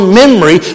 memory